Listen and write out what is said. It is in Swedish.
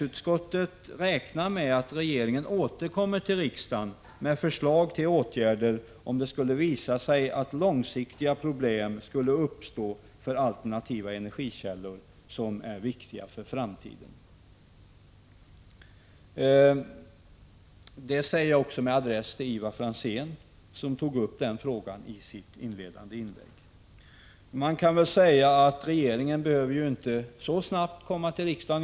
Utskottet räknar med att regeringen återkommer till riksdagen med förslag till åtgärder, om det skulle visa sig att långsiktiga problem uppstår för alternativa energikällor som är viktiga för framtiden. Detta säger jag också med adress till Ivar Franzén, som tog upp frågan i sitt första inlägg. Även om det skulle gå snett, behöver dock inte regeringen omedelbart komma till riksdagen.